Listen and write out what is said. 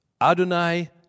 Adonai